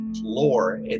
lore